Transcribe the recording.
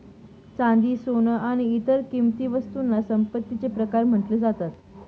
चांदी, सोन आणि इतर किंमती वस्तूंना संपत्तीचे प्रकार म्हटले जातात